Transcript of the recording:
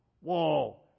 Whoa